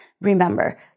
Remember